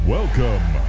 Welcome